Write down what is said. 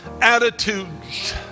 attitudes